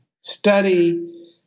Study